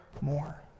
more